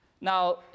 Now